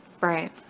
Right